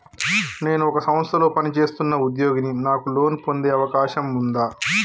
నేను ఒక సంస్థలో పనిచేస్తున్న ఉద్యోగిని నాకు లోను పొందే అవకాశం ఉందా?